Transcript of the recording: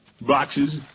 boxes